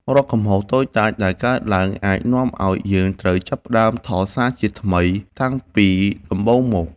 រាល់កំហុសតូចតាចដែលកើតឡើងអាចនាំឱ្យយើងត្រូវចាប់ផ្តើមថតសារជាថ្មីតាំងពីដំបូងមកវិញ។